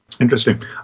Interesting